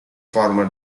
former